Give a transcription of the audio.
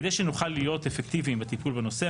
כדי שנוכל להיות אפקטיביים בטיפול בנושא,